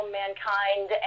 mankind